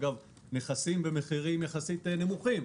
אגב, נכסים במחירים יחסית נמוכים.